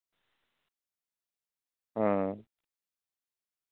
ᱦᱮᱸ